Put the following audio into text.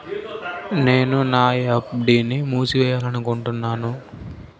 నేను నా ఎఫ్.డీ ని మూసివేయాలనుకుంటున్నాను